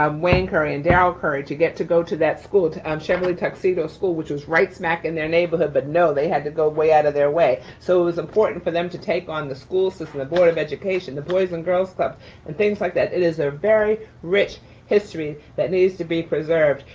um wayne curry and daryl curry to get to go to that school, to cheverly tuxedo school, which was right smack in their neighborhood, but no, they had to go way out of their way. so it was important for them to take on the school system, the board of education, the boys and girls clubs and things like that. it is a very rich history that needs to be preserved,